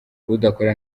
udakora